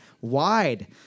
wide